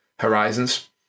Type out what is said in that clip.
horizons